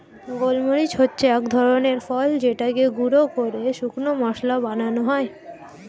গোলমরিচ হচ্ছে এক ধরনের ফল যেটাকে গুঁড়ো করে শুকনো মসলা বানানো হয়